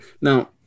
now